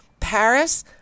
paris